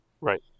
Right